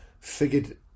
figured